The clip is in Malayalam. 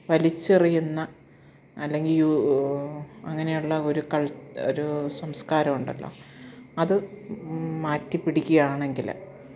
വലിച്ചെറിയുന്ന അല്ലെങ്കിൽ അങ്ങനെയുള്ള ഒരു കൾ ഒരു സംസ്കാരമുണ്ടല്ലോ അതു മാറ്റി പിടിക്കുകയാണെങ്കിൽ